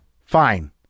Fine